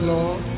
Lord